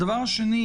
הדבר השני,